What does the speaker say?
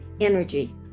energy